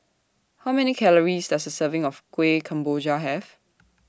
How Many Calories Does A Serving of Kueh Kemboja Have